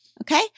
Okay